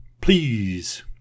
Please